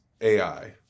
AI